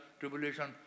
tribulation